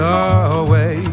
away